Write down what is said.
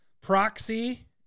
proxy